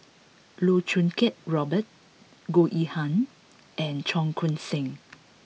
Loh Choo Kiat Robert Goh Yihan and Cheong Koon Seng